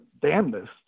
damnedest